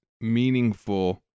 meaningful